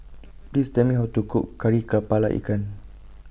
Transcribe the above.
Please Tell Me How to Cook Kari Kepala Ikan